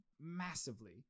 massively